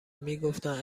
میگفتند